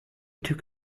took